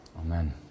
Amen